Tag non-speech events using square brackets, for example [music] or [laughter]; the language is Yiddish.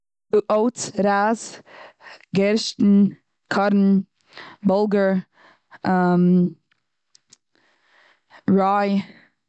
אויטס, רייז, גערשטן, קארן, באלגער, [hesitation] ריי.